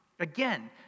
Again